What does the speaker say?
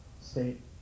state